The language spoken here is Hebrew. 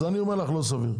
אני אומר לך לא סביר.